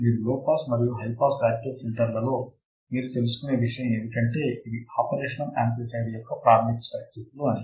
మీరు low pass మరియు high active ఫిల్టర్లలో మీరు తెలుసుకునే విషయము ఏమిటంటే ఇవి ఆపరేషనల్ యామ్ప్లిఫయర్ యొక్క ప్రాధమిక సర్క్యూట్లు అని